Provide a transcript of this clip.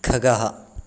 खगः